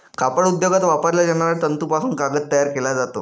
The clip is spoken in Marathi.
कापड उद्योगात वापरल्या जाणाऱ्या तंतूपासून कागद तयार केला जातो